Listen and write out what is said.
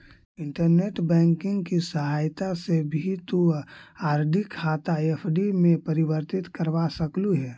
internet banking की सहायता से भी तु आर.डी खाता एफ.डी में परिवर्तित करवा सकलू हे